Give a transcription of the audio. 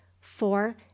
four